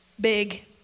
big